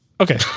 Okay